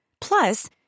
Plus